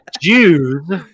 Jews